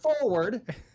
forward